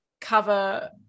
cover